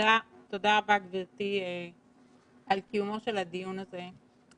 תודה רבה, גברתי, על קיומו של הדיון הזה.